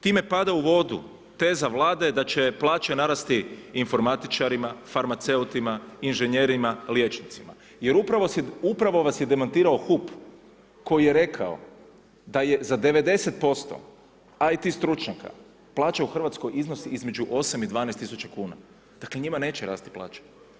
Time pada u vodu teza Vlade da će plaća narasti informatičarima, farmaceutima, inženjerima, liječnicima, jer upravo si, upravo vas je demantirao HUP koji je rekao da je za 90% IT stručnjaka plaća u Hrvatskoj iznosi između 8.000 i 12.000 kuna, dakle njima neće rasti plaća.